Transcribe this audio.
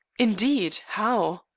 indeed! how?